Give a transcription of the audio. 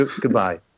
Goodbye